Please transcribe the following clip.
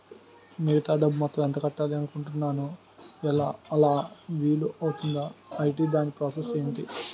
మిగతా డబ్బు మొత్తం ఎంత కట్టాలి అనుకుంటున్నాను అలా వీలు అవ్తుంధా? ఐటీ దాని ప్రాసెస్ ఎంటి?